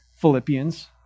Philippians